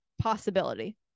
possibility